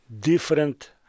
different